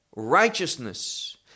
righteousness